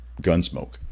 Gunsmoke